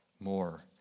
more